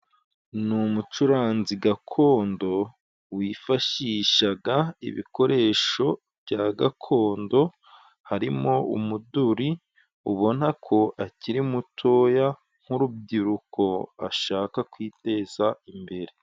Ni umucuranzi gakondo wifashishaga ibikoresho bya gakondo, harimo umuduri, ubona ko akiri mutoya nk'urubyiruko, ashaka kwiteza imbere.